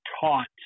taught